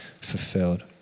fulfilled